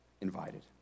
invited